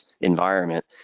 environment